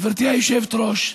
גברתי היושבת-ראש,